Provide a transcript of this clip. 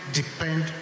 depend